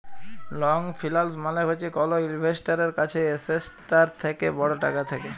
long ফিল্যাল্স মালে হছে কল ইল্ভেস্টারের কাছে এসেটটার থ্যাকে বড় টাকা থ্যাকা